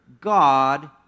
God